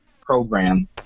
program